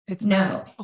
No